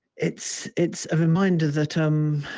it's it's a reminder that um